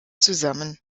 zusammen